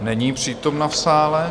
Není přítomna v sále.